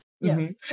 Yes